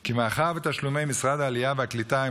כי מאחר שתשלומי משרד העלייה והקליטה הם